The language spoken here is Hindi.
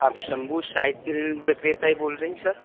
आप सम्भू साइकिल विक्रेता ही बोल रहे है सर